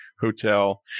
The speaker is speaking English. Hotel